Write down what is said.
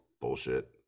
bullshit